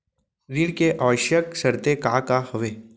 ऋण के आवश्यक शर्तें का का हवे?